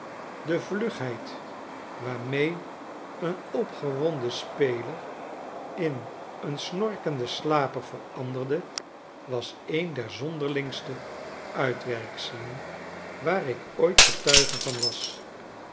de vlugheid waarmee een opgewonden speler in een snorkende slaper veranderde was een derzonderlingste uitwerkselen waar ik ooit getuige van was